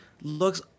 looks